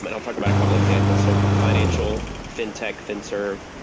but i'll talk about a couple examples. so financial, fintech, finserve,